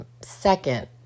second